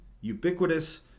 ubiquitous